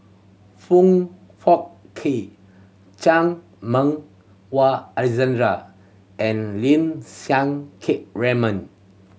Foong Fook Kay Chan Meng Wah and Lim Siang Keat Raymond